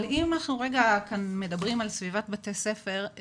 אבל אם מדברים על סביבת בתי ספר,